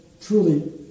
truly